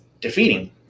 defeating